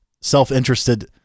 self-interested